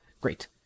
Great